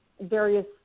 various